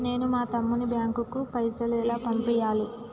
నేను మా తమ్ముని బ్యాంకుకు పైసలు ఎలా పంపియ్యాలి?